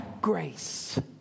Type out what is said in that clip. grace